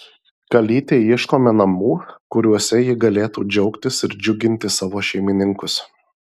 kalytei ieškome namų kuriuose ji galėtų džiaugtis ir džiuginti savo šeimininkus